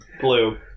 Blue